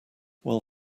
while